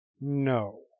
No